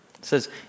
says